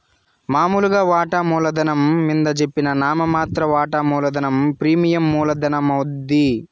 మామూలుగా వాటామూల ధనం మింద జెప్పిన నామ మాత్ర వాటా మూలధనం ప్రీమియం మూల ధనమవుద్ది